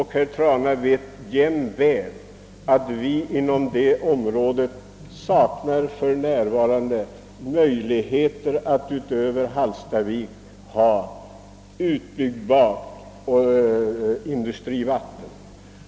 Herr Trana skulle jämväl ha vetat att det inom området för närvarande saknas möjligheter att, förutom vad beträffar Hallstavik, utnyttja disponibel vattentillgång för ytterligare utbyggnad av massaindustrien.